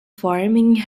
farming